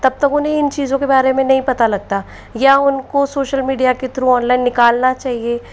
तब तक उन्हें इन चीज़ों के बारे में नहीं पता लगता या उनको सोशल मीडिया के थ्रू ऑनलाइन निकालना चाहिए